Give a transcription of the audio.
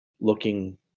looking